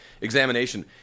examination